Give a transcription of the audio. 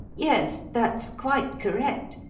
yes that's quite correct.